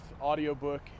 audiobook